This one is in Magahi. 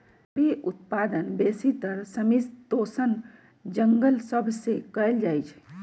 लकड़ी उत्पादन बेसीतर समशीतोष्ण जङगल सभ से कएल जाइ छइ